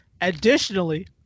Additionally